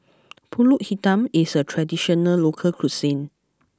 Pulut Hitam is a traditional local cuisine